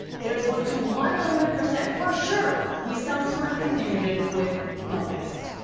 there's going to one hundred percent for sure be some sort of confusion with the list.